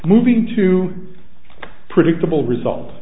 moving to a predictable result